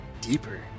deeper